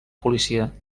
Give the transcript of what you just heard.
policia